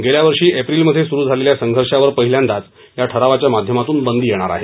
गेल्यावर्षी एप्रिलमधे सुरु झालेल्या संघर्षावर पहिल्यांदाच या ठरावाच्या माध्यमातून बंदी येणार आहे